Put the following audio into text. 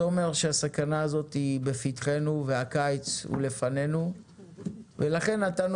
זה אומר שהסכנה לפתחנו והקיץ לפנינו ולכן נתנו